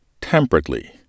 temperately